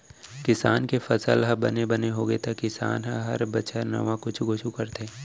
किसान के फसल ह बने बने होगे त किसान ह हर बछर नावा कुछ कुछ करथे